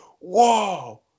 whoa